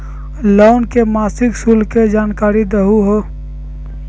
Loan के मासिक शुल्क के जानकारी दहु हो?